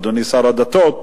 אדוני שר הדתות,